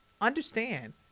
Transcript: understand